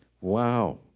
Wow